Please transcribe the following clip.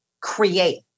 create